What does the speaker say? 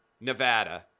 Nevada